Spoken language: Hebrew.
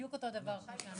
בדיוק אותו הדבר כאן.